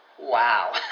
Wow